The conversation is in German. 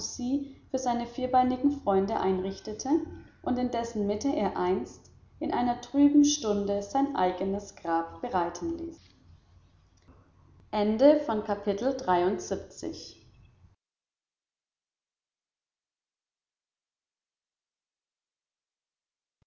für seine vierbeinigen freunde einrichtete und in dessen mitte er einst in einer trüben stunde sein eigenes grab bereiten ließ